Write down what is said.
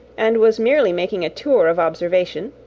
and was merely making a tour of observation,